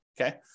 Okay